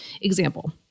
example